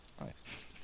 Nice